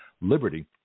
Liberty